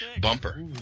bumper